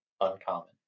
uncommon